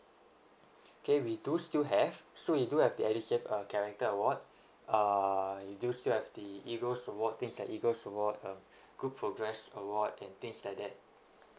okay we do still have so we do have the edusave uh character award uh we do still have the eagles award things this like eagles award uh good progress award and things like that